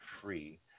free